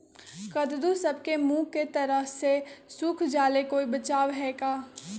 कददु सब के मुँह के तरह से सुख जाले कोई बचाव है का?